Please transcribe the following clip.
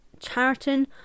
Chariton